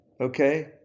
Okay